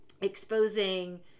exposing